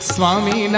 Swami